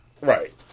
Right